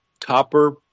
copper